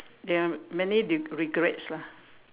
there are many re~ regrets lah